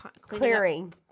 clearing